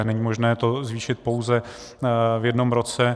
Není možné to zvýšit pouze v jednom roce.